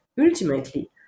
Ultimately